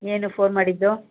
ಏನು ಫೋನ್ ಮಾಡಿದ್ದು